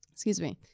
excuse me,